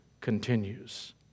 continues